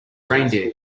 reindeer